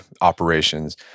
operations